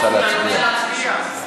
הוא רצה להצביע.